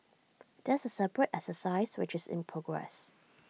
that's A separate exercise which is in progress